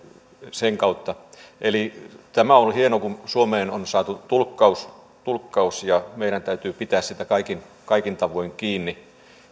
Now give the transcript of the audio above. sen kautta eli tämä on hienoa kun suomeen on saatu tulkkaus tulkkaus ja meidän täytyy pitää siitä kaikin tavoin kiinni